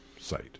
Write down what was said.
site